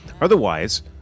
otherwise